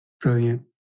Brilliant